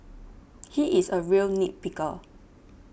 he is a real nit picker